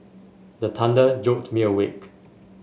the thunder jolt me awake